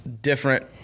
different